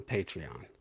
Patreon